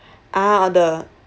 ah uh the